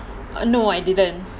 no I didn't